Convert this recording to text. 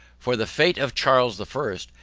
for the fate of charles the first,